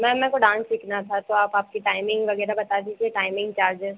ma'am मेरे को dance सीखना था तो आप आपकी टाइमिंग वग़ैरह बता दीजिए टाइमिंग चार्जेज़